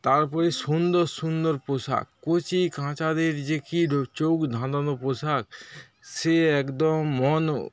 তারপরেই সুন্দর সুন্দর পোষাক কচিকাঁচাদের যে কি চোখ ধাঁধানো পোষাক সে একদম মন